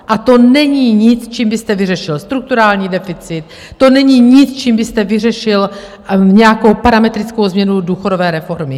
A to není nic, čím byste vyřešil strukturální deficit, to není nic, čím byste vyřešil nějakou parametrickou změnu důchodové reformy.